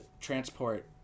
transport